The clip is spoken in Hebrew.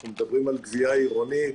אנחנו מדברים על גבייה עירונית.